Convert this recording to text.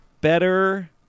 better